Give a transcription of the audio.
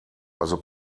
also